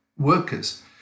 Workers